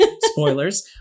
Spoilers